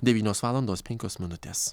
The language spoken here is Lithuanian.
devynios valandos penkios minutės